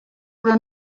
però